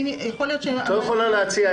את לא יכולה להציע.